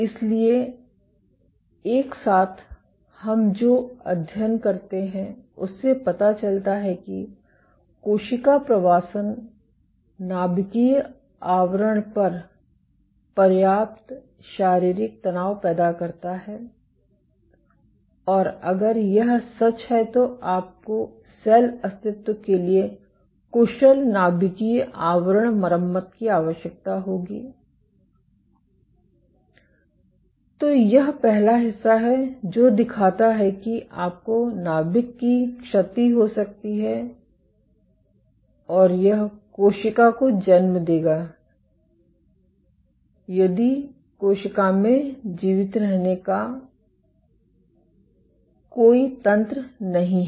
इसलिए एक साथ हम जो अध्ययन करते हैं उससे पता चलता है कि कोशिका प्रवासन नाभिकीय आवरण पर पर्याप्त शारीरिक तनाव पैदा करता है और अगर यह सच है तो आपको सेल अस्तित्व के लिए कुशल नाभिकीय आवरण मरम्मत की आवश्यकता होगी तो यह पहला हिस्सा है जो दिखाता है कि आपको नाभिक की क्षति हो सकती है और यह कोशिका को जन्म देगा यदि कोशिका में जीवित रहने का कोई तंत्र नहीं है